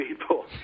people